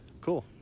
Cool